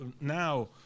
now